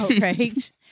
right